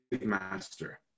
master